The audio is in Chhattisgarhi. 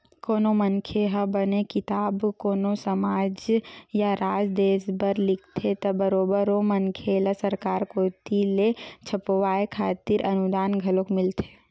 कोनो मनखे ह बने किताब कोनो समाज या राज देस बर लिखथे त बरोबर ओ मनखे ल सरकार कोती ले छपवाय खातिर अनुदान घलोक मिलथे